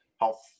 health